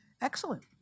Excellent